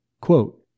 quote